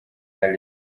league